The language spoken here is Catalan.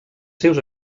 seus